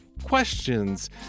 Questions